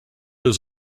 his